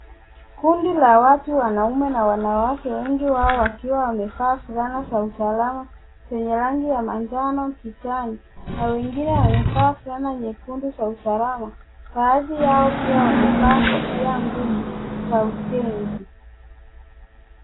Kundi la watu, wanaume na wanawake, wengi wao wakiwa wamevaa fulana za usalama zenye rangi ya manjano kijani na wengine wamevaa fulana nyekundu za usalama..Baadhi yao pia wamevaa kofia ngumu za ujenzi.